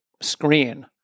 screen